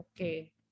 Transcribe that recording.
Okay